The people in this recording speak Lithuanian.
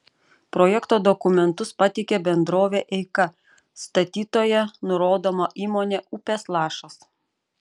projekto dokumentus pateikė bendrovė eika statytoja nurodoma įmonė upės lašas